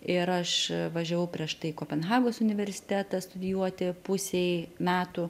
ir aš važiavau prieš tai į kopenhagos universitetą studijuoti pusei metų